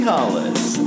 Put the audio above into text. Hollis